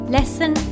Lesson